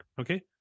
okay